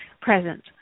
present